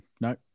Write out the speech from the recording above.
No